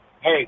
hey